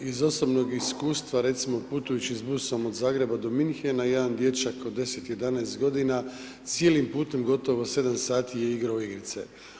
Iz osobnog iskustva, recimo putujući s busom od Zagreba do Munchena, jedan dječak od 10, 11 godina cijelim putem gotovo 7 sati je igrao igrice.